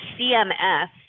CMS